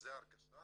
וזו הרגשה